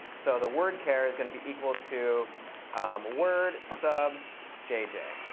so the wordchar is going to be equal to word sub j, j.